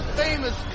famous